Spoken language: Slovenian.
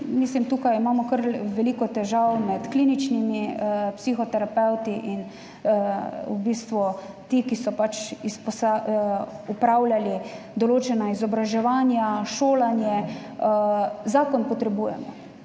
Tukaj imamo kar veliko težav med kliničnimi psihoterapevti in temi, ki so opravljali določena izobraževanja, šolanje. Potrebujemo